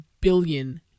billion